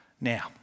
Now